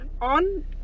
on